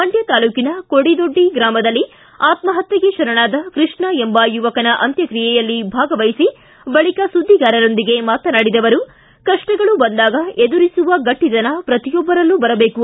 ಮಂಡ್ಯ ತಾಲೂಕಿನ ಕೋಡಿದೊಡ್ಡಿ ಗ್ರಾಮದಲ್ಲಿ ಆತ್ನಹತ್ಯೆಗೆ ಶರಣಾದ ಕೃಷ್ಣ ಎಂಬ ಯುವಕನ ಅಂತ್ಯಕ್ತಿಯೆಯಲ್ಲಿ ಭಾಗವಹಿಸಿ ಬಳಿಕ ಸುದ್ದಿಗಾರರೊಂದಿಗೆ ಮಾತನಾಡಿದ ಅವರು ಕಪ್ಪಗಳು ಬಂದಾಗ ಎದುರಿಸುವ ಗಟ್ಟತನ ಪ್ರತಿಯೊಬ್ಬರಲ್ಲೂ ಬರಬೇಕು